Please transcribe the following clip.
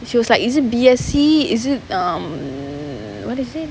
and she was like is it B_S_C is it um what is it